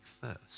first